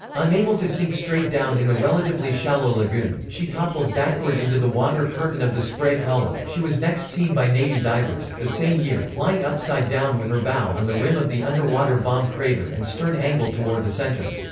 unable to sink straight down in the relatively shallow lagoon, she toppled backward into the water curtain of the spray column she was next seen by navy divers, the same year, lying upside down with her bow on the rim of the underwater bomb crater and stern angled toward the center.